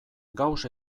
gauss